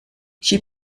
she